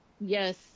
Yes